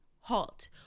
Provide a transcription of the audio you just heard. HALT